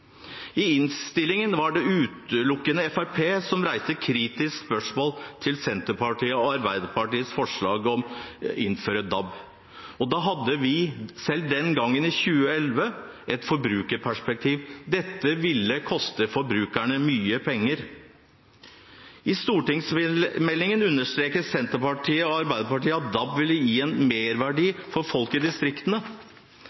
I innstillingen var det utelukkende Fremskrittspartiet som reiste kritiske spørsmål til Senterpartiets og Arbeiderpartiets forslag om å innføre DAB. Selv den gangen, i 2011, hadde vi et forbrukerperspektiv. Dette ville koste forbrukerne mye penger. I stortingsmeldingen understreket Senterpartiet og Arbeiderpartiet at DAB ville gi folk i distriktene en merverdi.